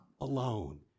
alone